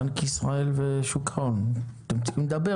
בנק ישראל ושוק ההון, אז אתם צריכים לדבר